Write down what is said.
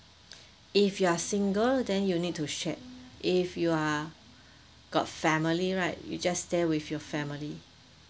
if you are single then you need to share if you are got family right you just stay with your family